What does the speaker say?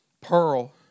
Pearl